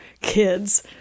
kids